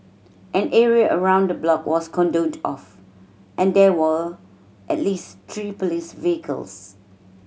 an area around the block was cordoned off and there were at least three police vehicles